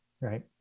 Right